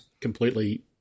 completely